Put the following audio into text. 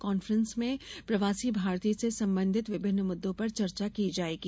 conference में प्रवासी भारतीय से संबंधित विभिन्न मुद्दों पर चर्चा की जायेगी